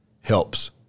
helps